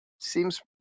seems